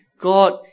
God